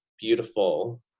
beautiful